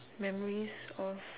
memories of